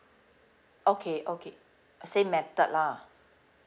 okay okay same method lah